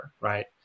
right